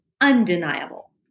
undeniable